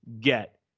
get